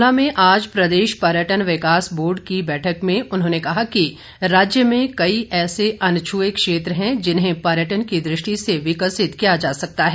शिमला में आज प्रदेश पर्यटन विकास बोर्ड की बैठक में उन्होंने कहा कि राज्य में कई ऐसे अनछुए क्षेत्र हैं जिन्हें पर्यटन की दृष्टि से विकसित किया जा सकता है